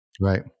right